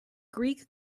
greek